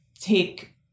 take